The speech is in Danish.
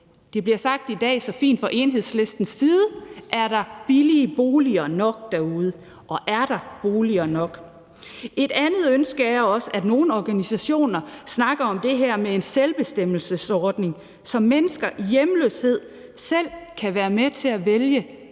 Det bliver sagt så fint i dag fra Enhedslistens side: Er der billige boliger nok derude? Og er der boliger nok? Et andet ønske kommer fra nogle organisationer, der snakker om det her med en selvbestemmelsesordning, så mennesker i hjemløshed selv kan være med til at vælge,